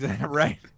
right